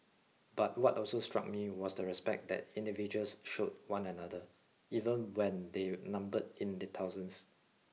but what also struck me was the respect that individuals showed one another even when they numbered in the thousands